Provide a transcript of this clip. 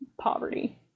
poverty